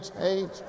change